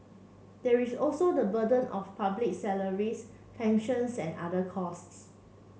there is also the burden of public salaries pensions and other costs